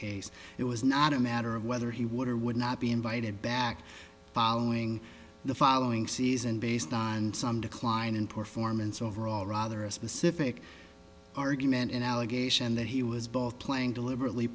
case it was not a matter of whether he would or would not be invited back following the following season based on some decline in performance overall rather a specific argument an allegation that he was both playing deliberately